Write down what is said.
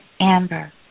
Amber